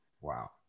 Wow